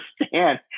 understand